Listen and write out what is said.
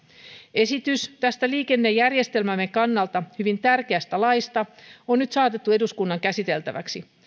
esitys tästä liikennejärjestelmämme kannalta hyvin tärkeästä laista on nyt saatettu eduskunnan käsiteltäväksi